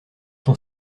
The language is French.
ton